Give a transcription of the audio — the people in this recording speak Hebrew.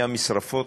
מהמשרפות,